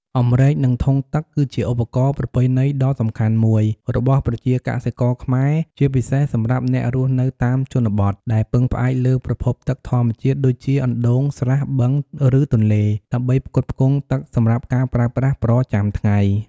អម្រែក និង ធុងទឹក គឺជាឧបករណ៍ប្រពៃណីដ៏សំខាន់មួយរបស់ប្រជាកសិករខ្មែរ ជាពិសេសសម្រាប់អ្នករស់នៅតាមជនបទ ដែលពឹងផ្អែកលើប្រភពទឹកធម្មជាតិ ដូចជាអណ្ដូង ស្រះ បឹង ឬទន្លេ ដើម្បីផ្គត់ផ្គង់ទឹកសម្រាប់ការប្រើប្រាស់ប្រចាំថ្ងៃ។